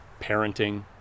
parenting